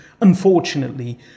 Unfortunately